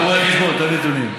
אתה רואה חשבון, אתה אוהב נתונים.